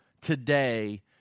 today